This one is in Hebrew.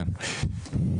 תודה.